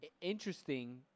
Interesting